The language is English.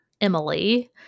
Emily